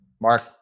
Mark